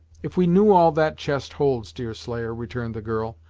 if we knew all that chest holds, deerslayer, returned the girl,